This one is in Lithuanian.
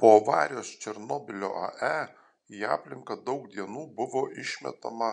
po avarijos černobylio ae į aplinką daug dienų buvo išmetama